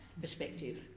perspective